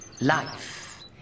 life